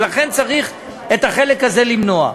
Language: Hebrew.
ולכן צריך את החלק הזה למנוע.